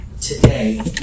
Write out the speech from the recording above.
today